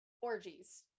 orgies